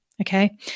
Okay